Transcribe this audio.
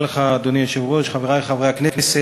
אדוני היושב-ראש, תודה רבה לך, חברי חברי הכנסת,